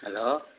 hello